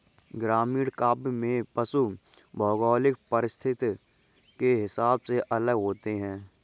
ग्रामीण काव्य में पशु भौगोलिक परिस्थिति के हिसाब से अलग होते हैं